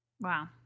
wow